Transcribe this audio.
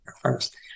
first